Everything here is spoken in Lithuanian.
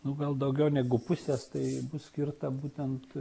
nu gal daugiau negu pusės tai bus skirta būtent